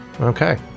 Okay